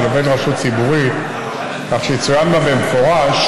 עובד רשות ציבורית כך שיצוין בה במפורש